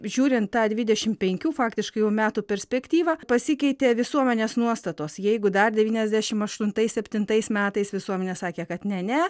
žiūrint tą dvidešim penkių faktiškai jau metų perspektyvą pasikeitė visuomenės nuostatos jeigu dar devyniasdešim aštuntais septintais metais visuomenė sakė kad ne ne